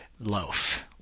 loaf